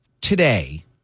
today